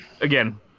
again